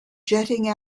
jetting